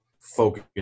focus